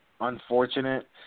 Unfortunate